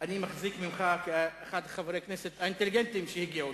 אני מחזיק ממך כאחד מבין חברי הכנסת האינטליגנטים שהגיעו,